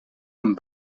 een